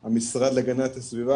הרי בירושלים המזרחית יש מצב מיוחד,